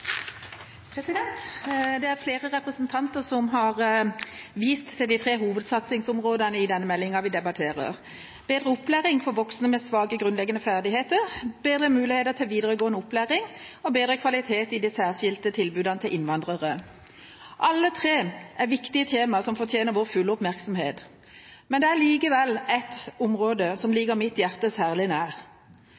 snever. Det er flere representanter som har vist til de tre hovedsatsingsområdene i den meldingen vi debatterer: bedre opplæring for voksne med svake grunnleggende ferdigheter, bedre muligheter til videregående opplæring og bedre kvalitet i de særskilte tilbudene til innvandrere. Alle tre er viktige temaer, som fortjener vår fulle oppmerksomhet. Men det er likevel ett område som